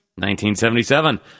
1977